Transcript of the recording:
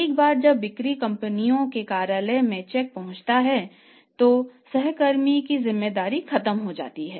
एक बार जब बिक्री कंपनियों के कार्यालय में चेक पहुंच जाता है तो सहकर्मी की जिम्मेदारी खत्म हो जाती है